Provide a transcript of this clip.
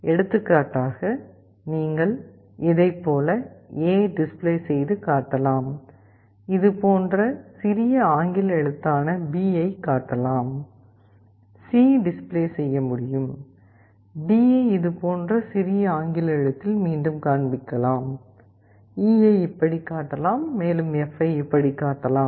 எடுத்துக்காட்டாக நீங்கள் இதைப் போல ஏ டிஸ்ப்ளே செய்து காட்டலாம் இது போன்ற சிறிய ஆங்கில எழுத்தான பி ஐக் காட்டலாம் சி டிஸ்ப்ளே செய்ய முடியும் டி ஐ இது போன்ற சிறிய ஆங்கில எழுத்தில் மீண்டும் காண்பிக்கலாம் ஈ ஐ இப்படி காட்டலாம் மேலும் எப்ஃ ஐ இப்படி காட்டலாம்